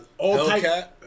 Hellcat